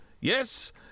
Yes